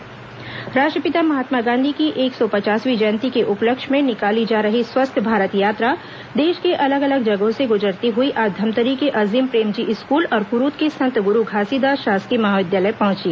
स्वस्थ भारत यात्रा राष्ट्रपिता महात्मा गांधी की एक सौ पचासवीं जयंती के उपलक्ष्य में निकाली जा रही स्वस्थ भारत यात्रा देश के अलग अलग जगहों से गुजरती हुई आज धमतरी के अजीम प्रेमजी स्कूल और क्रूद के संत गुरू घासीदास शासकीय महाविद्यालय पहुंची